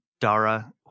Dara